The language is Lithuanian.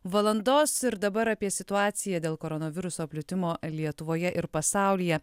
valandos ir dabar apie situaciją dėl koronaviruso plitimo lietuvoje ir pasaulyje